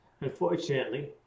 unfortunately